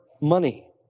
money